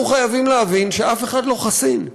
אנחנו חייבים להבין שאף אחד לא חסין,